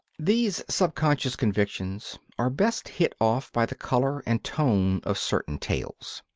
these subconscious convictions are best hit off by the colour and tone of certain tales.